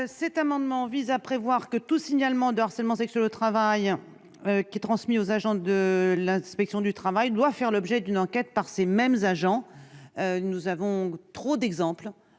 Cet amendement vise à prévoir que tout signalement de harcèlement sexuel au travail transmis aux agents de l'inspection du travail doit faire l'objet d'une enquête par ces mêmes agents. Nous avons trop d'exemples,